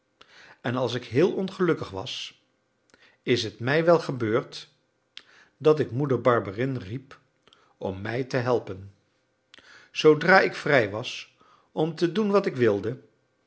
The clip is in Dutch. en als ik heel ongelukkig was is t mij wel gebeurd dat ik moeder barberin riep om mij te helpen zoodra ik vrij was om te doen wat ik wilde